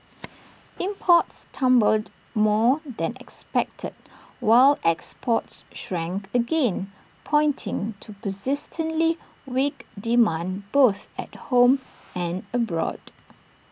imports tumbled more than expected while exports shrank again pointing to persistently weak demand both at home and abroad